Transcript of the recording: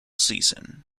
season